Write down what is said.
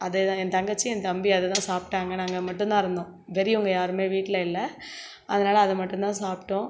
அதை என் தங்கச்சி என் தம்பி அதைதான் சாப்பிட்டாங்க நாங்கள் மட்டுந்தான் இருந்தோம் பெரியவங்க யாருமே வீட்டில் இல்லை அதனால் அதை மட்டுந்தான் சாப்பிட்டோம்